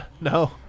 no